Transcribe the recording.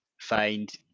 find